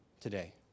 today